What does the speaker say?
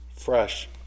fresh